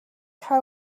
how